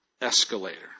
escalator